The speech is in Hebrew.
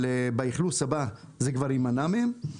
אבל באכלוס הבא זה כבר יימנע מהם.